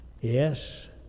Yes